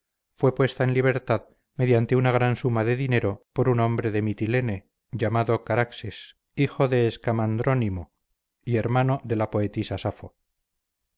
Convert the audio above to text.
fue puesta en libertad mediante una gran suma de dinero por un hombre de mitilene llamado caraxes hijo de escamandrónimo y hermano de la poetisa safo